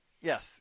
yes